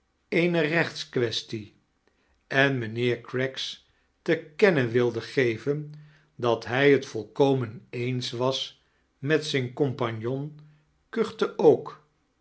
eene rechtsquaestie en mqnheer craggs te kennen willende geven dat hij t volkomen eens was met zijn compagnon kuchte ook